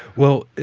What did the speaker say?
well,